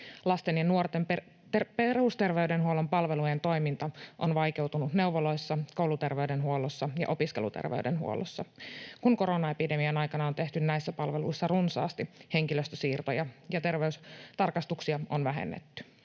Lasten ja nuorten perusterveydenhuollon palvelujen toiminta on vaikeutunut neuvoloissa, kouluterveydenhuollossa ja opiskeluterveydenhuollossa, kun koronaepidemian aikana on tehty näissä palveluissa runsaasti henkilöstösiirtoja ja terveystarkastuksia on vähennetty.